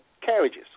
carriages